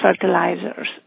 fertilizers